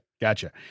Gotcha